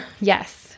Yes